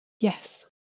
yes